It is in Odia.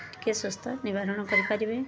ଟିକିଏ ସୁସ୍ଥ ନିବାରଣ କରିପାରିବେ